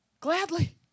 Gladly